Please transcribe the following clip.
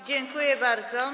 Dziękuję bardzo.